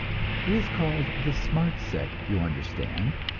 it is called the smart set, you understand,